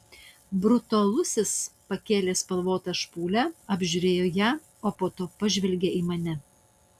brutalusis pakėlė spalvotą špūlę apžiūrėjo ją po to pažvelgė į mane